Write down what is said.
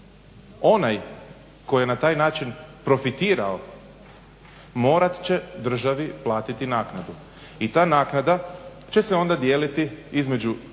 onaj tko je na taj način profitirao mora će državi platiti naknadu i ta naknada će se onda dijeliti između